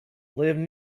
lived